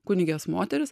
kunigės moterys